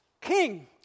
King